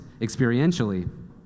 experientially